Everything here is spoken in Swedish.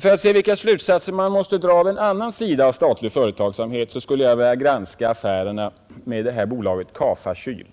För att se vilka slutsatser man måste dra av en annan sida av statlig företagsamhet skulle jag vilja grauska affärerna med bolaget Ka-Fa Kyl.